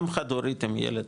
אם חד-הורית עם ילד,